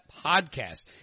podcast